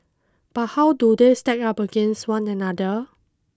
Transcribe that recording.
but how do they stack up against one another